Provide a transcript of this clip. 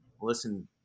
Listen